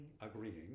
agreeing